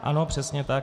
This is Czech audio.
Ano, přesně tak.